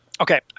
Okay